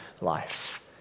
life